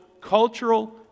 cultural